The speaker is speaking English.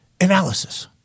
analysis